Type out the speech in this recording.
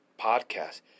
podcast